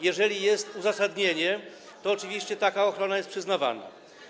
Jeżeli jest uzasadnienie, to oczywiście taka ochrona jest przyznawana.